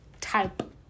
type